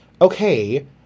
okay